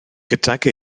gydag